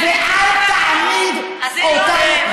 ואל תעליב אותם,